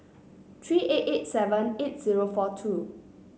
three eight eight seven eight zero four two